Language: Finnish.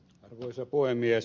arvoisa puhemies